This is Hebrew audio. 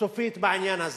סופית בעניין הזה,